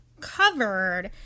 covered